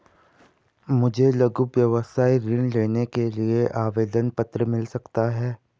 मुझे लघु व्यवसाय ऋण लेने के लिए आवेदन पत्र मिल सकता है?